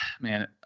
Man